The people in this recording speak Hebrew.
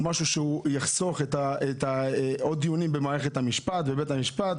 משהו שיחסוך דיונים נוספים בבית המשפט,